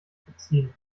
beziehen